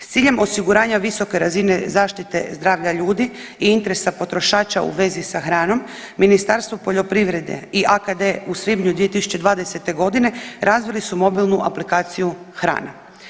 S ciljem osiguranja visoke razine zaštite zdravlja ljudi i interesa potrošača u vezi sa hranom Ministarstvo poljoprivrede i AKD u svibnju 2020.g. razvili su mobilnu aplikaciju „Hrana“